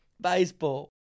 Baseball